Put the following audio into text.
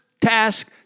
task